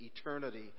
eternity